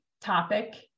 topic